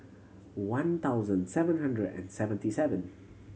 one thousand seven hundred and seventy seven